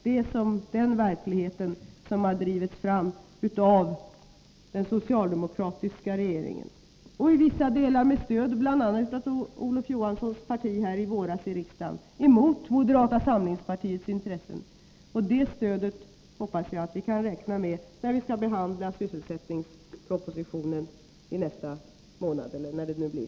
Det är denna verklighet som har drivits fram av den sovialdemokratiska regeringen, i vissa delar med stöd bl.a. av Olof Johanssons parti här i riksdagen i våras, mot moderata samlingspartiets intressen. Det stödet hoppas jag att vi kan räkna med när vi skall behandla sysselsättningspropositionen i nästa månad, eller när det nu blir.